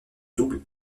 double